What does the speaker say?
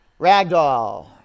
Ragdoll